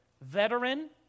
veteran